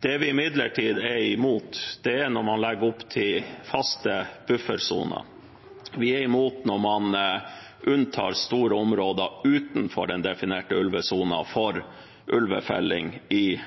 Det vi imidlertid er imot, er at man legger opp til faste buffersoner. Vi er imot at man unntar store områder utenfor den definerte ulvesonen for ulvefelling i